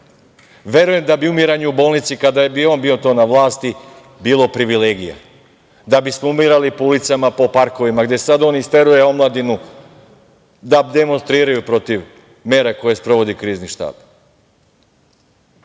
Verujem da bi umiranje u bolnici kada bi on bio na vlasti, bilo privilegija, da bi smo umirali po ulicama, po parkovima, gde sada on isteruje omladinu da demonstriraju protiv mera koje sprovodi Krizni štab.